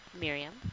Miriam